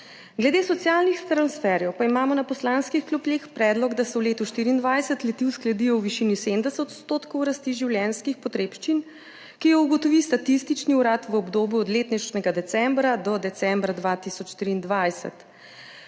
Glede socialnih transferjev pa imamo na poslanskih klopeh predlog, da se v letu 2024 le-tiuskladijo v višini 70 % rasti življenjskih potrebščin, ki jo ugotovi Statistični urad Republike Slovenije v obdobju od letošnjega decembra do decembra 2023.